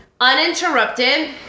uninterrupted